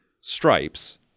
Stripes